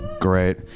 Great